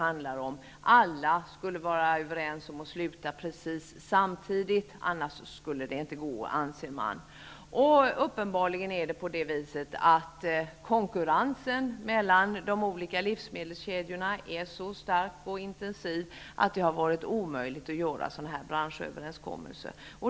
Alla måste vara överens om att slopa extrapriserna samtidigt, annars skulle det inte gå, anses det. Uppenbarligen är det så att konkurrensen mellan de olika livsmedelskedjorna är så stark och intensiv, att det har varit omöjligt att träffa en sådan branschöverenskommelse.